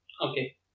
Okay